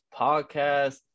podcast